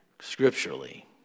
Scripturally